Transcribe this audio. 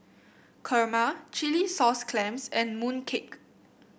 kurma Chilli Sauce Clams and mooncake